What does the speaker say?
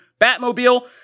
Batmobile